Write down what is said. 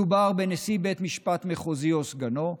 מדובר בנשיא בית משפט מחוזי או סגנו,